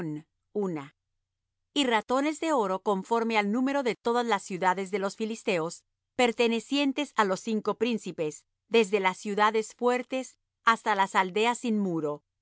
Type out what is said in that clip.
una y ratones de oro conforme al número de todas las ciudades de los filisteos pertenecientes á los cinco príncipes desde las ciudades fuertes hasta las aldeas sin muro